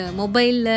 mobile